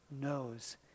knows